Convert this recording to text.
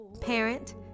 parent